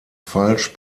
falsch